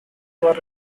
were